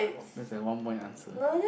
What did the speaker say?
that's a one point answer